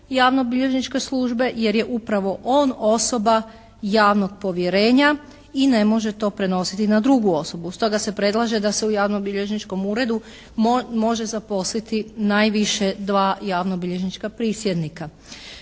javno-bilježničke službe jer je upravo on osoba javnog povjerenja i ne može to prenositi na drugu osobu. Stoga se predlaže da se u javno-bilježničkom uredu može zaposliti najviše dva javno-bilježnička prisjednika.